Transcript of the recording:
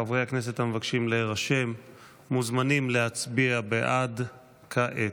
חברי כנסת המבקשים להירשם מוזמנים להצביע "בעד" כעת.